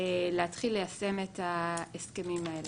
להתחיל ליישם את ההסכמים האלה.